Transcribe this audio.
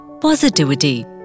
Positivity